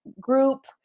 group